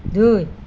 দুই